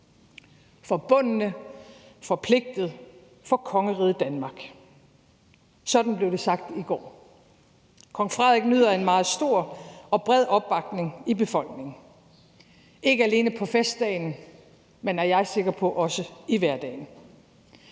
»Forbundne, forpligtet, for Kongeriget Danmark.« Sådan blev det sagt i går. Kong Frederik nyder en meget stor og bred opbakning i befolkningen – ikke alene på festdagen, men, er jeg sikker på, også i hverdagen,